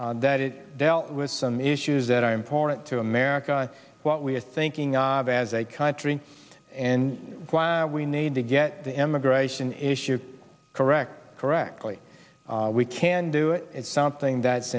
and that it dealt with some issues that are important to america what we are thinking of as a country and we need to get the immigration issue correct correctly we can do it it's something that's